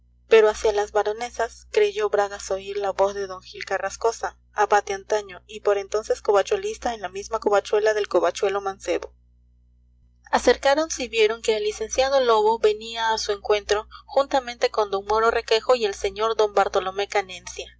pero hacia las baronesas creyó bragas oír la voz de d gil carrascosa abate antaño y por entonces covachuelista en la misma covachuela del covachuelo mancebo acercáronse y vieron que el licenciado lobo venía a su encuentro juntamente con d mauro requejo y el sr d bartolomé